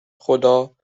خدا